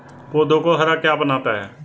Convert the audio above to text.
पौधों को हरा क्या बनाता है?